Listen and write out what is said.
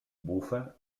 bufa